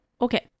Okay